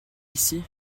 ici